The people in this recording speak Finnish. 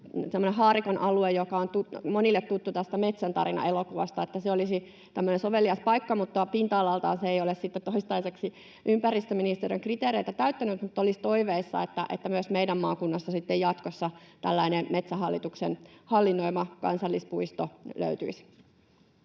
Haarikon alue, joka on monille tuttu tästä Metsän tarina ‑elokuvasta, olisi sovelias paikka, mutta pinta-alaltaan se ei ole sitten toistaiseksi ympäristöministeriön kriteereitä täyttänyt, mutta olisi toiveissa, että myös meidän maakunnasta jatkossa tällainen Metsähallituksen hallinnoima kansallispuisto löytyisi.